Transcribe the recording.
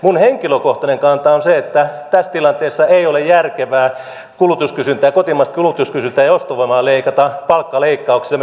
minun henkilökohtainen kantani on se että tässä tilanteessa ei ole järkevää kotimaista kulutuskysyntää ja ostovoimaa leikata palkkaleikkauksilla